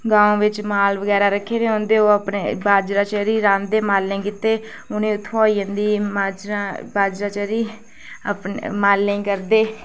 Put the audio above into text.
गांव बिच माल बगैरा रक्खे दे होंदे ओह् अपने बाजरा चेरी रांह्दे मालें गितै उ'नें उत्थुआं होई जंदी बाजरा चेरी अपने मालें करदे